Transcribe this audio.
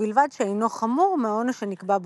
ובלבד שאינו חמור מהעונש שנקבע בחוק.